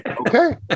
okay